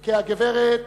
כי הגברת